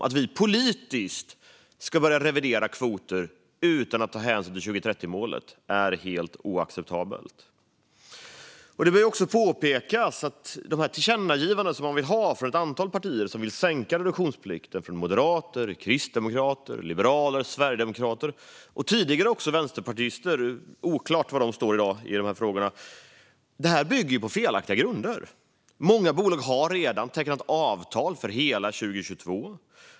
Att vi politiskt ska börja revidera kvoter utan att ta hänsyn till 2030-målet är helt oacceptabelt. Det finns också någonting som bör påpekas om de tillkännagivanden som ett antal partier som vill sänka reduktionsplikten vill ha. Det handlar om moderater, kristdemokrater, liberaler och sverigedemokrater. Tidigare räknades också vänsterpartister hit; det är oklart var de i dag står i dessa frågor. Det bör påpekas att detta bygger på felaktiga grunder. Många bolag har redan tecknat avtal för hela 2022.